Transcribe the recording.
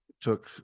took